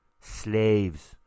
slaves